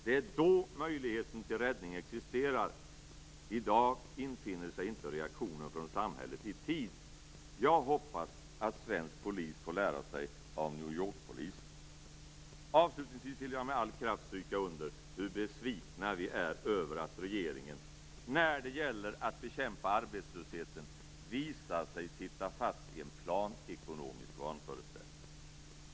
Det är då möjligheten till räddning existerar. I dag infinner sig inte reaktionen från samhället i tid. Jag hoppas att svensk polis får lära sig av New York-polisen. Avslutningsvis vill jag med all kraft stryka under hur besvikna vi är över att regeringen, när det gäller att bekämpa arbetslösheten, visar sig sitta fast i en planekonomisk vanföreställning.